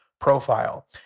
profile